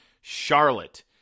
Charlotte